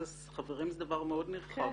חברים זה דבר מאוד נרחב.